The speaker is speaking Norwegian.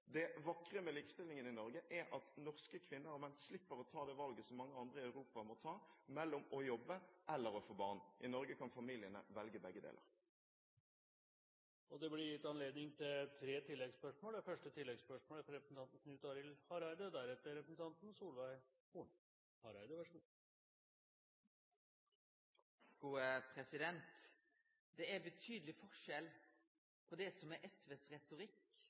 Det vakre med likestillingen i Norge er at norske kvinner og menn slipper å ta det valget som mange andre i Europa må ta: å jobbe eller å få barn. I Norge kan familiene velge begge deler. Det blir gitt anledning til tre oppfølgingsspørsmål – først Knut Arild Hareide. Det er betydeleg forskjell på det som er SVs retorikk, og det som er det verkelege liv. Dersom me ser på kva som var statsråd Lysbakken sin retorikk